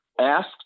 asked